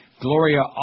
Gloria